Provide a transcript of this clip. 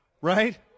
Right